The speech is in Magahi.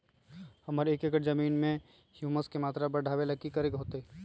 एक एकड़ जमीन में ह्यूमस के मात्रा बढ़ावे ला की करे के होतई?